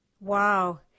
Wow